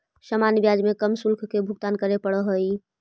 सामान्य ब्याज में कम शुल्क के भुगतान करे पड़ऽ हई